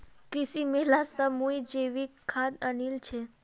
कृषि मेला स मुई जैविक खाद आनील छि